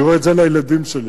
אני רואה את זה על הילדים שלי.